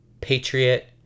patriot